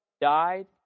died